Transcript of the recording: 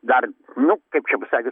dar nu kaip čia pasakius